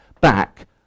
back